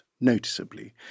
noticeably